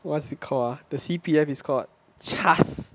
what's it called ah the C_P_F is called CHAS